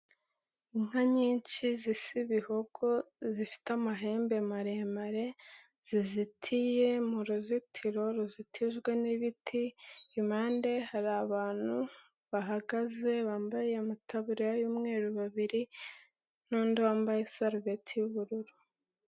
Inka nyinshi zisa ibihogo zifite amahembe maremare, zizitiye mu ruzitiro ruzitijwe n'ibiti, impande hari abantu bahagaze bambaye amataburiya y'umweru babiri n'undi wambaye isarubeti y'ubururu.